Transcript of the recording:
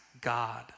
God